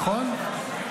נכון.